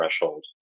threshold